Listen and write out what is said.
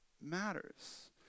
matters